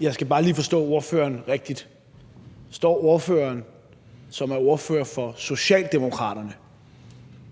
Jeg skal bare lige forstå ordføreren rigtigt. Står ordføreren, som er ordfører for Socialdemokraterne,